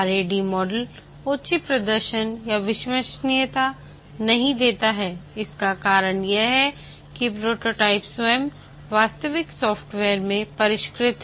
RAD model उच्च प्रदर्शन या विश्वसनीयता नहीं देता है इसका कारण यह है कि प्रोटोटाइप स्वयं वास्तविक सॉफ्टवेयर में परिष्कृत है